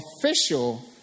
official